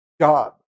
job